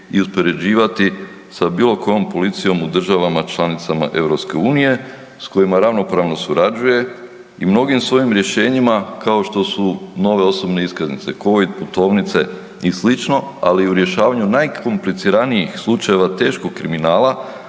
i uspoređivati sa bilo kojom policijom u državama članicama EU s kojima ravnopravno surađuje i mnogim svojim rješenjima kao što su nove osobe iskaznice, Covid putovnice i sl., ali i u rješavanju najkompliciranijih slučajeva teškog kriminala,